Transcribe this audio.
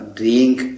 drink